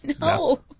No